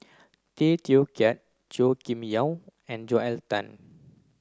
Tay Teow Kiat Chua Kim Yeow and Joel Tan